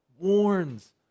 warns